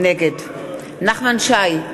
נגד נחמן שי,